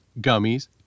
gummies